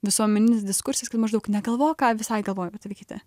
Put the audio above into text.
visuomeninis diskursas kad maždaug negalvok ką visai galvoja apie tave kiti